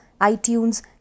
iTunes